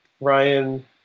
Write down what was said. Ryan